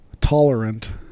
tolerant